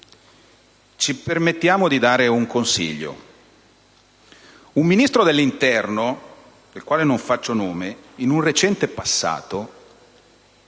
ci permettiamo di dare un consiglio. Un Ministro dell'interno, del quale non faccio il nome, in un recente passato,